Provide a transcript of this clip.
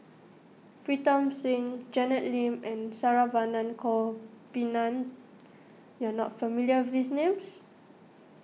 Pritam Singh Janet Lim and Saravanan Gopinathan you are not familiar with these names